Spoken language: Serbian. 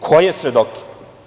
Koje svedoke?